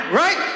right